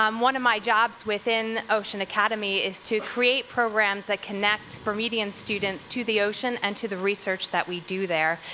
um one of my jobs within ocean academy is to create programs that connect bermudian students to the ocean and to the research that we do there.